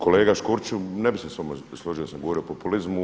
Kolega Škoriću ne bi se s vama složio da sam govorio o populizmu.